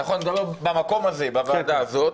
נכון, אני מדבר במקום הזה, בוועדה הזאת.